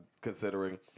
considering